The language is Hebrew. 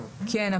כן,